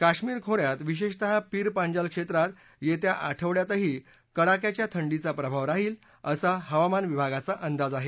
काशमीर खो यात विशेषतः पीर पांजाल क्षेत्रात येत्या आठवडयातही कडाक्याच्या थंडीचा प्रभाव राहील असा हवामान विभागाचा अंदाज आहे